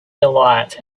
delight